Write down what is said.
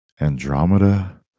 andromeda